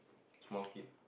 small kid